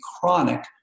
chronic